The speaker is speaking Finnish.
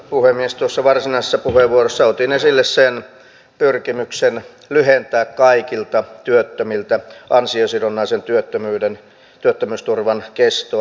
tuossa varsinaisessa puheenvuorossa otin esille sen pyrkimyksen lyhentää kaikilta työttömiltä ansiosidonnaisen työttömyysturvan kestoa